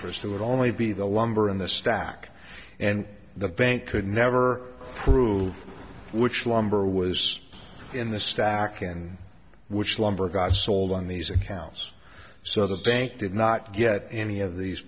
to only be the lumber in the stack and the bank could never prove which lumber was in the stack and which lumber got sold on these accounts so the bank did not get any of these